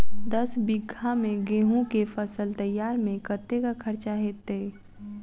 दस बीघा मे गेंहूँ केँ फसल तैयार मे कतेक खर्चा हेतइ?